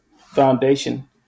Foundation